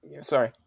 sorry